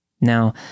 Now